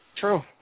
True